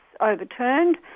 overturned